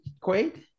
Quaid